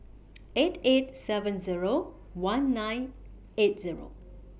eight eight seven Zero one nine eight Zero